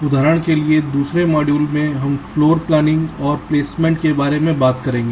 उदाहरण के लिए दूसरे मॉड्यूल में हम फ्लोर प्लानिंग और प्लेसमेंट के बारे में बात करेंगे